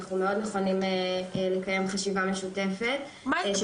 אנחנו מאוד נכונים לקיים חשיבה משותפת של המשרדים.